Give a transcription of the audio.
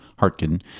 Hartkin